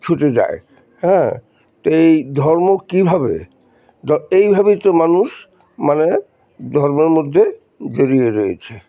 ছুটে যায় হ্যাঁ তো এই ধর্ম কীভাবে এইভাবেই তো মানুষ মানে ধর্মের মধ্যে জড়িয়ে রয়েছে